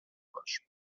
باش